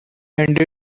and